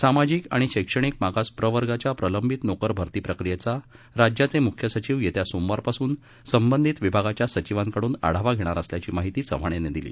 सामाजिक आणि शैक्षणिक मागास प्रवर्गाच्या प्रलंबित नोकर भरती प्रक्रियेचा राज्याचे मुख्य सचिव येत्या सोमवारपासून संबंधित विभागाच्या सचिवांकडून आढावा घेणार असल्याची माहिती चव्हाण यांनी दिली